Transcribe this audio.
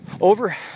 Over